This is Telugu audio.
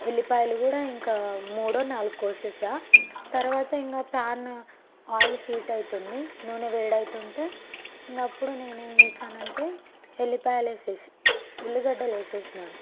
వెల్లిపాయలు కూడా ఇంక మూడో నాలుగో కోసా తర్వాత ఇంకా ప్యాన్ ఆయిల్ హీట్ అవుతుంది నూనె వేడైతుంటే ఇంకా అప్పుడు నేను ఏం చేసానంటే ఎల్లిపాయలు వేసి ఉల్లిగడ్డలు వేసాను